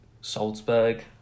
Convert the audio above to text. Salzburg